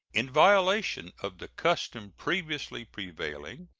in violation of the custom previously prevailing,